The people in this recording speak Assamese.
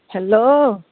হেল্ল'